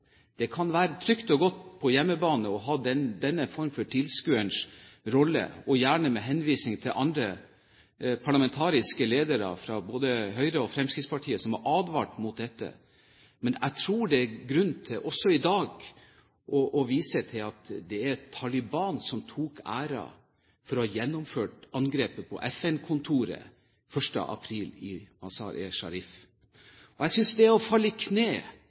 Det kan være trygt og godt på hjemmebane å ha denne form for tilskuerens rolle og gjerne med henvisning til andre parlamentariske ledere, fra både Høyre og Fremskrittspartiet, som har advart mot dette, men jeg tror det er grunn til også i dag å vise til at det er Taliban som tok æren for å ha gjennomført angrepet på FN-kontoret den 1. april i Mazar-e Sharif. Jeg synes det er å falle på kne